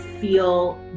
feel